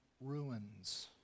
ruins